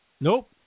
Nope